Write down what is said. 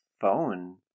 phone